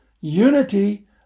Unity